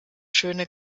schöne